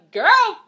girl